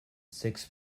six